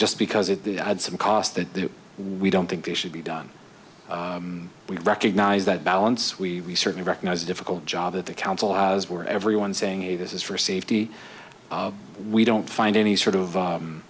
just because it had some cost that we don't think they should be done we recognize that balance we certainly recognize a difficult job that the council has where everyone saying hey this is for safety we don't find any sort of